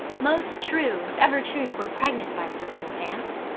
most true, if ever truth were pregnant by circumstance.